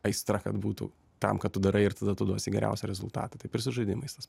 aistra kad būtų tam ką tu darai ir tada tu duosi geriausią rezultatą taip ir su žaidimais tas